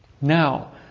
Now